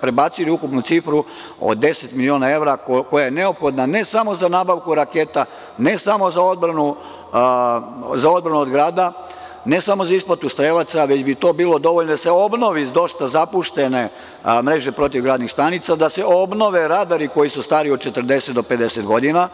prebacili ukupnu cifru od 10 miliona evra koja je neophodna ne samo za nabavku raketa, ne samo za odbranu od grada, ne samo za isplatu strelaca, već bi to bilo dovoljno da se obnove dosta zapuštene mreže protivgradnih stanica, da se obnove radari koji su stari od 40 do 50 godina.